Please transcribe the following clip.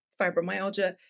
fibromyalgia